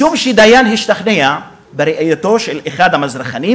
משום שדיין השתכנע בראייתו של אחד המזרחנים,